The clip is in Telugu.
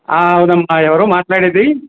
అవునమ్మా ఎవరు మాట్లాడేది